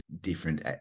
different